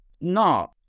No